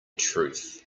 truth